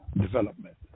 development